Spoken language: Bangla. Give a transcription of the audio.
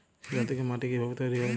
শিলা থেকে মাটি কিভাবে তৈরী হয়?